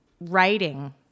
writing